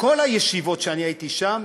כל הישיבות שאני הייתי שם,